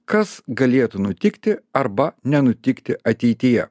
kas galėtų nutikti arba nenutikti ateityje